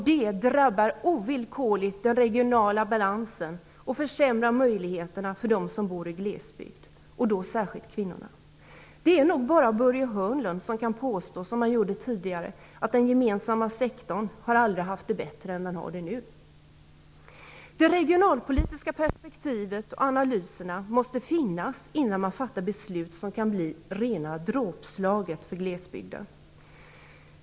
Det drabbar ovillkorligt den regionala balansen och försämrar möjligheterna för dem som bor i glesbygd, särskilt för kvinnorna. Det är nog bara Börje Hörnlund som kan påstå att den gemensamma sektorn aldrig har haft det bättre än nu. Det regionalpolitiska perspektivet och analyserna måste finnas innan man fattar beslut som kan bli rena dråpslaget för glesbygden.